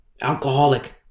Alcoholic